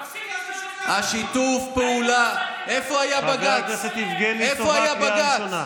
תפסיק, חבר הכנסת יבגני סובה, קריאה ראשונה.